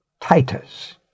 Titus